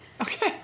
Okay